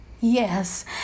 yes